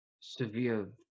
severe